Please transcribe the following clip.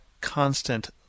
constant